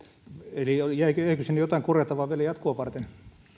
eli jäikö jäikö sinne vielä jotain korjattavaa jatkoa varten